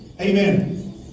amen